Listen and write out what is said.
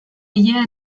ilea